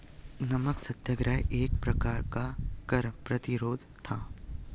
नमक सत्याग्रह एक प्रकार का कर प्रतिरोध था